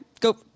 go